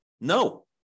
No